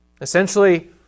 Essentially